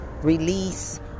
release